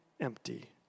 empty